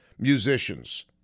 Musicians